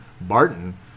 Barton